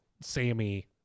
Sammy